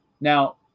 Now